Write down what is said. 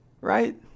Right